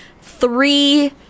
three